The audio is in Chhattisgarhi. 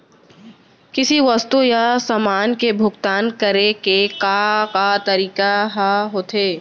किसी वस्तु या समान के भुगतान करे के का का तरीका ह होथे?